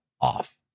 off